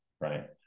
right